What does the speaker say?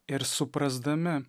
ir suprasdami